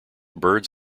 birds